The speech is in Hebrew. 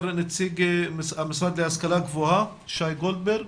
נציגת המשרד להשכלה גבוהה שי גולדברג